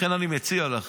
לכן אני מציע לך